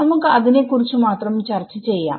നമുക്ക് അതിനെ കുറിച്ച് മാത്രം ചർച്ച ചെയ്യാം